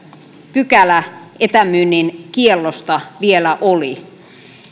pykälä etämyynnin kiellosta vielä oli